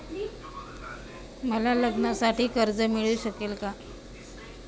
मला लग्नासाठी कर्ज मिळू शकेल का?